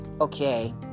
okay